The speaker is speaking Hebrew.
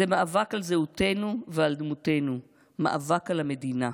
זה מאבק על זהותנו ועל דמותנו, מאבק על המדינה.